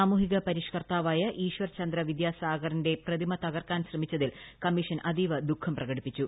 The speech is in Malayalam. സാമൂഹിക പരിഷ്കർത്താവായ ഈശ്വർ ചന്ദ്ര വിദ്യാസ്റ്റിഗ്ല്റിന്റെ പ്രതിമ തകർക്കാൻ ശ്രമിച്ചതിൽ കമ്മീഷൻ അതീവ ദുഖം ഫ്രികട്ടിപ്പിച്ചു